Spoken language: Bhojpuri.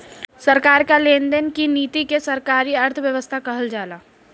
सरकार कअ लेन देन की नीति के सरकारी अर्थव्यवस्था कहल जाला